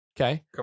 Okay